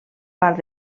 part